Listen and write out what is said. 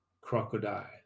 crocodile